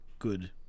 Good